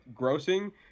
grossing